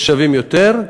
יש שווים יותר,